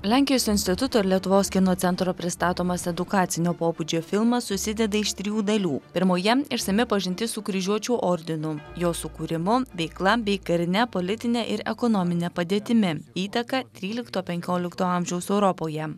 lenkijos instituto ir lietuvos kino centro pristatomos edukacinio pobūdžio filmas susideda iš trijų dalių pirmoje išsami pažintis su kryžiuočių ordinu jo sukūrimu veikla bei karine politine ir ekonomine padėtimi įtaka trylikto penkiolikto amžiaus europoje